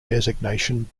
designation